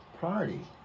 party